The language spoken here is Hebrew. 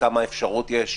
כמה אפשרות יש?